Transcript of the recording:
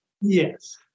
Yes